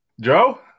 Joe